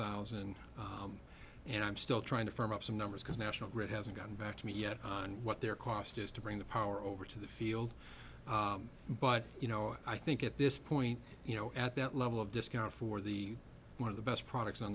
thousand and i'm still trying to firm up some numbers because national grid hasn't gotten back to me yet on what their cost is to bring the power over to the field but you know i think at this point you know at that level of discount for the one of the best products on